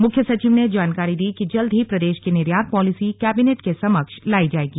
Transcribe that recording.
मुख्य सचिव ने जानकारी दी कि जल्द ही प्रदेश की निर्यात पॉलिसी कैबिनेट के समक्ष लायी जायेगी